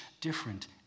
different